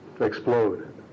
explode